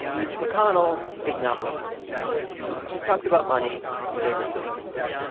mitch mcconnell is not one of those people. he talks about money very differently.